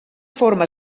forma